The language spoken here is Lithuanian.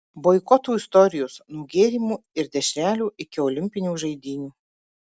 boikotų istorijos nuo gėrimų ir dešrelių iki olimpinių žaidynių